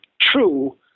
true